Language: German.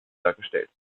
dargestellt